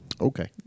Okay